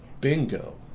Bingo